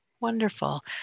wonderful